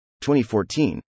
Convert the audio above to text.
2014